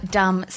dumb